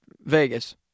Vegas